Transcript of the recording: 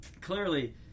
clearly